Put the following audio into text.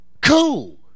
Cool